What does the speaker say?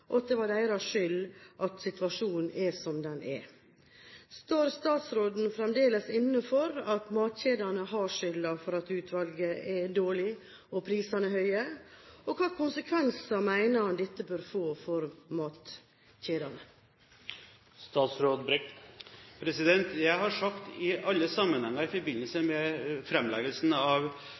og at det var deres skyld at situasjonen er som den er. Står statsråden fremdeles inne for at matkjedene har skylden for at utvalget er dårlig og prisene høye? Og hvilke konsekvenser mener han dette bør få for matkjedene? Jeg har sagt i alle sammenhenger i forbindelse med framleggelsen av